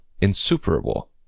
insuperable